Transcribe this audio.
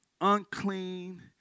unclean